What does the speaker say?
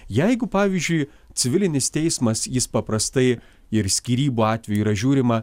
jeigu pavyzdžiui civilinis teismas jis paprastai ir skyrybų atveju yra žiūrima